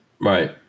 right